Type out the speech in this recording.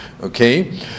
Okay